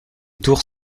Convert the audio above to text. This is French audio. tours